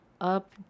Up